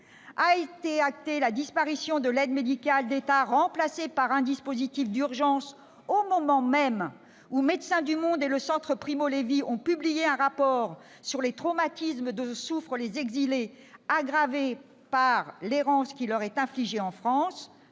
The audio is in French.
A été actée la disparition de l'aide médicale d'État, remplacée par un dispositif d'urgence, au moment même où Médecins du monde et le centre Primo-Levi ont publié un rapport sur les traumatismes dont souffrent les exilés, aggravés par l'errance qui leur est infligée en France-